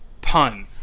pun